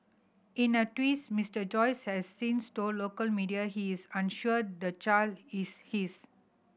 in a twist Mister Joyce has since told local media he is unsure the child is his